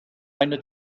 eine